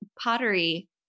pottery